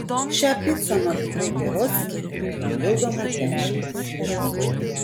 šią picą nuo tikrai geros skiria dar papildoma dešimtis litų